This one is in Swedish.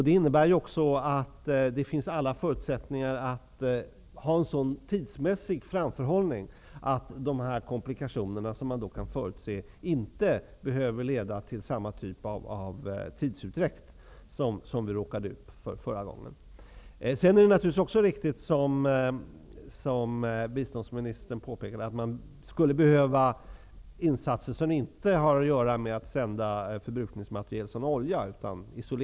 Det innebär också att det finns alla förutsättningar för en tidsmässig framförhållning, så att de komplikationer man kan förutse inte behöver leda till samma typ av tidsutdräkt som vi råkade ut för förra gången. Det är riktigt att man skulle behöva göra insatser som inte går ut på att sända förbrukningsmaterial som olja. Det påpekade också biståndsministern.